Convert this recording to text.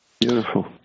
Beautiful